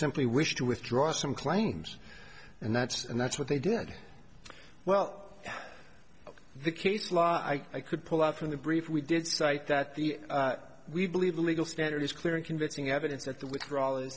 simply wish to withdraw some claims and that's and that's what they did well the case law i could pull out from the brief we did cite that the we believe the legal standard is clear and convincing evidence that the withdrawal is